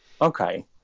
Okay